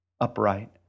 Upright